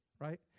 right